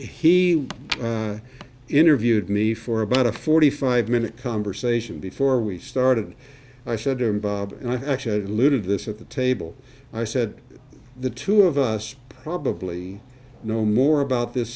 he interviewed me for about a forty five minute conversation before we started i said to him bob and i actually had looted this at the table i said the two of us probably know more about this